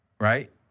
right